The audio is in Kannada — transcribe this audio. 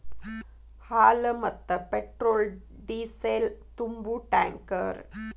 ಹಾಲ, ಮತ್ತ ಪೆಟ್ರೋಲ್ ಡಿಸೇಲ್ ತುಂಬು ಟ್ಯಾಂಕರ್